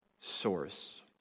source